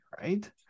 right